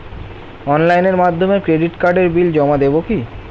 অনলাইনের মাধ্যমে ক্রেডিট কার্ডের বিল জমা দেবো কি?